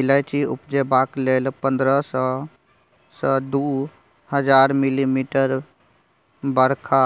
इलाइचीं उपजेबाक लेल पंद्रह सय सँ दु हजार मिलीमीटर बरखा